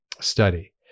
study